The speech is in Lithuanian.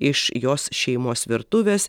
iš jos šeimos virtuvės